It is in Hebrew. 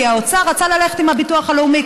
כי האוצר רצה ללכת עם הביטוח הלאומי,